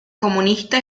comunista